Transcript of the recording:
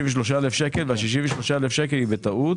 כתוב 63 אלף שקלים וה-63 אלף שקלים זה בטעות